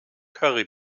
curry